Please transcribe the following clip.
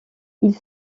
ils